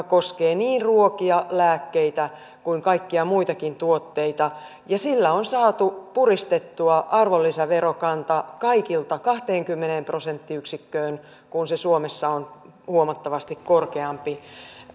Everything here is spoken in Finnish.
koskee niin ruokia lääkkeitä kuin kaikkia muitakin tuotteita ja sillä on saatu puristettua arvonlisäverokanta kaikilta kahteenkymmeneen prosenttiyksikköön kun se suomessa on huomattavasti korkeampi